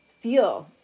feel